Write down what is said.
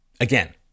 Again